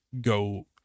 go